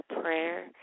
prayer